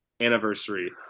anniversary